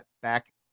back